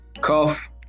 cough